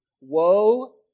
Woe